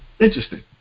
interesting